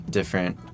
different